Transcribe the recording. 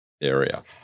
area